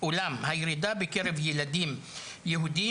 אולם הירידה בקרב ילדים יהודיים,